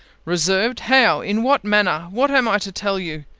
reserved how, in what manner? what am i to tell you?